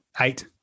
eight